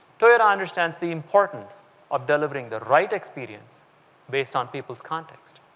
toyota understands the importance of delivering the right experience based on people's context.